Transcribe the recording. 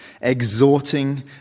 exhorting